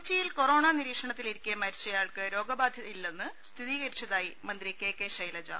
കൊച്ചിയിൽ കൊറോണ് നിരീക്ഷണത്തിലിരിക്കെ മരിച്ചയാൾക്ക് രോഗബാധയില്ലെന്ന് സ്ഥിരീകരിച്ചതായി മന്ത്രി കെ കെ ശ്രൈലജ്